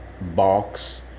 box